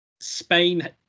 Spain